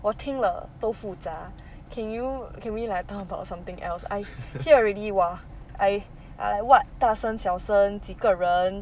我听了都复杂 can you can we like talk about something else I hear already !wah! I I like what 大声小声几个人